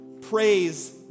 praise